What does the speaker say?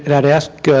and i would ask,